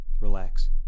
relax